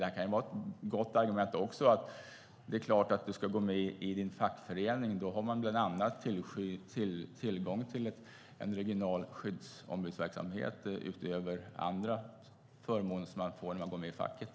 Då kan det här vara ett gott argument: Det är klart att du ska gå med i din fackförening. Då har du bland annat tillgång till en regional skyddsombudsverksamhet utöver andra förmåner som du får när du går med i facket.